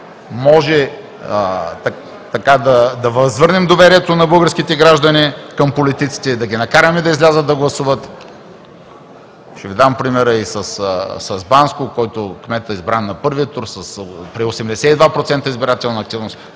може да възвърнем доверието на българските граждани към политиците, да ги накараме да излязат да гласуват. Ще Ви дам пример с Банско, където кметът е избран на първия тур с 82% избирателна активност.